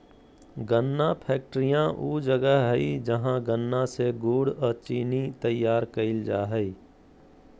गन्ना फैक्ट्रियान ऊ जगह हइ जहां गन्ना से गुड़ अ चीनी तैयार कईल जा हइ